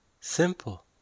Simple